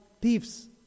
thieves